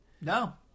No